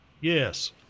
Yes